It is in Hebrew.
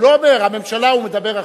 מדבר על